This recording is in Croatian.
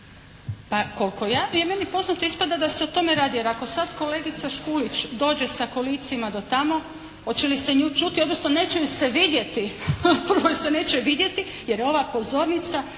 Pa koliko je meni poznato ispada da se o tome radi, jer ako sad kolegica Škulić dođe sa kolicima do tamo, hoće li se nju čuti, odnosno neće ju se vidjeti, prvo je se neće vidjeti jer je ova pozornica,